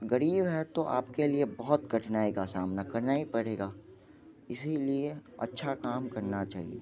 ग़रीब है तो आपके लिए बहुत कठिनाई का सामना करना ही पड़ेगा इसी लिए अच्छा काम करना चाहिए